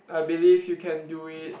I believe you can do it